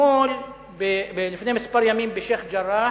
לפני כמה ימים, בשיח'-ג'ראח,